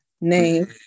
name